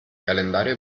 calendario